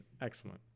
excellent